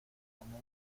amó